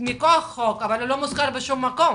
מכוח החוק, אבל הוא לא מוזכר בשום מקום